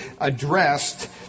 addressed